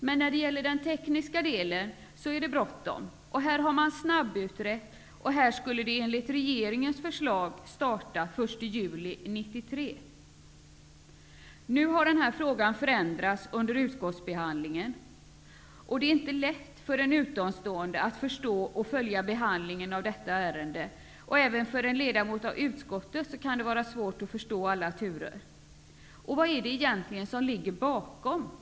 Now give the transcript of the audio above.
Men när det gäller den tekniska delen är det bråttom; här har det snabbutretts, och här skulle man enligt regeringens förslag starta den 1 juli 1993. Nu har frågan förändrats under utskottsbehandlingen, och det är inte lätt för en utomstående att förstå och följa behandlingen av detta ärende. Även för en ledamot av utskottet kan det vara svårt att förstå alla turer. Vad är det som egentligen ligger bakom?